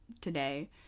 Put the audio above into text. today